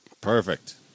Perfect